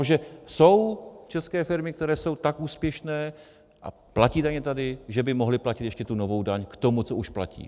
Protože jsou české firmy, které jsou tak úspěšné a platí daně tady, že by mohly platit ještě tu novou daň k tomu, co už platí.